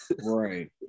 right